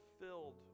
filled